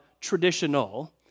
traditional